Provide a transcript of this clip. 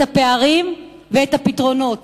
את הפערים ואת הפתרונות.